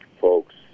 folks